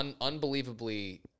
unbelievably